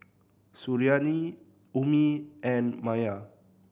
Suriani Ummi and Maya